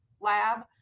lab